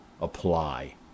apply